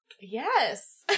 Yes